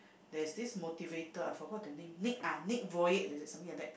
there's this motivator I forgot the name Nick ah Nick-Vujicic is it something like that